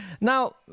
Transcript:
Now